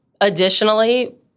Additionally